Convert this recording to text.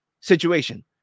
situation